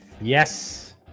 Yes